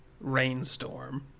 rainstorm